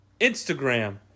Instagram